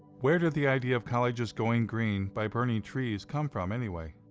where did the idea of colleges going green by burning trees come from, anyway?